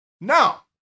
Now